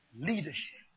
Leadership